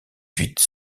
huit